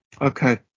Okay